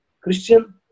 Christian